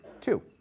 Two